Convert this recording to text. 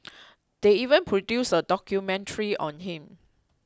they even produced a documentary on him